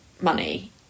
money